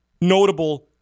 notable